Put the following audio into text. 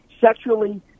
sexually